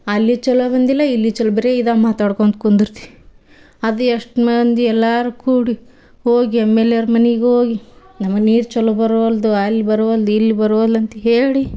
ಅಲ್ಲಿ ಚಲೋ ಬಂದಿಲ್ಲ ಇಲ್ಲಿ ಚಲೋ ಬರೇ ಇದೇ ಮಾತಾಡ್ಕೊಂಡ್ ಕುಂದುರ್ತೀವಿ ಅದು ಎಷ್ಟು ಮಂದಿ ಎಲ್ಲರೂ ಕೂಡಿ ಹೋಗಿ ಎಮ್ ಎಲ್ ಎ ಅವ್ರ ಮನಿಗೆ ಹೋಗಿ ನಮ್ಮ ನೀರು ಚಲೋ ಬರುವಲ್ದು ಅಲ್ಲಿ ಬರುವಲ್ದು ಇಲ್ಲಿ ಬರುವಲ್ಲ ಅಂತ ಹೇಳಿ